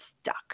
stuck